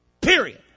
Period